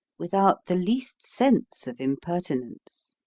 without the least sense of impertinence.